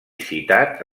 citat